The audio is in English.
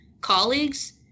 colleagues